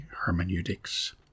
hermeneutics